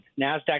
NASDAQ